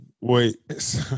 Wait